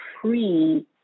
pre